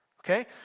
Okay